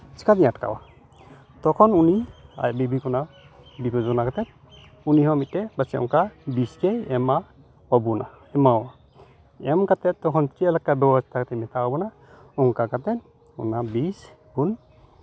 ᱪᱤᱠᱟᱹᱛᱤᱧ ᱟᱸᱴᱠᱟᱣᱟ ᱛᱚᱠᱷᱚᱱ ᱩᱱᱤ ᱟᱡ ᱵᱤᱵᱤᱠᱚᱱᱟ ᱵᱤᱵᱮᱪᱚᱱᱟ ᱠᱟᱛᱮᱫ ᱩᱱᱤ ᱦᱚᱸ ᱢᱤᱫᱴᱮᱱ ᱯᱟᱥᱮᱡ ᱚᱱᱠᱟ ᱵᱤᱥ ᱪᱚᱭ ᱮᱢᱟ ᱟᱵᱳᱱᱟ ᱮᱢᱟᱣᱟ ᱮᱢ ᱠᱟᱛᱮᱫ ᱛᱚᱠᱷᱚᱱ ᱪᱮᱫ ᱞᱮᱠᱟ ᱵᱮᱵᱚᱥᱛᱷᱟ ᱠᱟᱛᱮᱫ ᱢᱮᱛᱟᱣ ᱟᱵᱚᱱᱟ ᱚᱱᱠᱟ ᱠᱟᱛᱮᱫ ᱚᱱᱟ ᱵᱤᱥ ᱵᱚᱱ